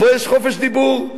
פה יש חופש דיבור.